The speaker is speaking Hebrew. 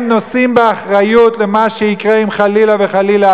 הם נושאים באחריות למה שיקרה אם חלילה וחלילה